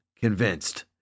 convinced